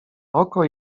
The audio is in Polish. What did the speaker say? oko